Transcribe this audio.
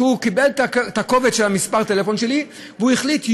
שקיבל את הקובץ עם מספר הטלפון שלי והחליט יום-יום,